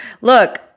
Look